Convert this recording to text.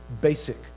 basic